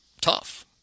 tough